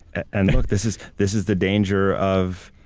and look, this is this is the danger of